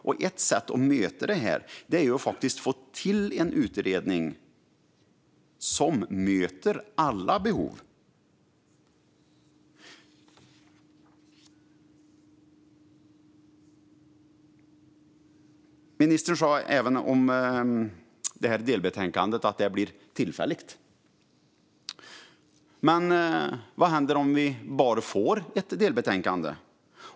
Och ett sätt att möta det är att få till en utredning som möter alla behov. Ministern sa även att delbetänkandet blir tillfälligt. Men vad händer om vi bara får ett delbetänkande?